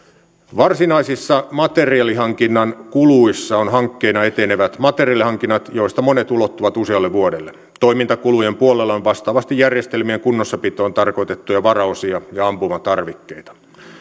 varsinaisissa materiaalihankinnan kuluissa on hankkeina etenevät materiaalihankinnat joista monet ulottuvat usealle vuodelle toimintakulujen puolella on vastaavasti järjestelmien kunnossapitoon tarkoitettuja varaosia ja ampumatarvikkeita